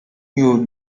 you